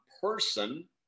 person